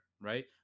right